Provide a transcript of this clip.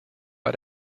war